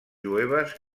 jueves